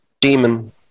demon